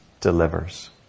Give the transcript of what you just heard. delivers